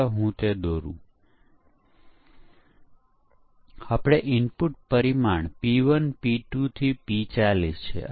અને પછી આઉટપુટ છે આઉટપુટ અવલોકન કરો જે સાહજિક છે જે બતાવે છે કે શું પુસ્તકનું નવીકરણ થાય છે કે નહીં